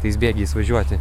tais bėgiais važiuoti